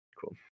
cool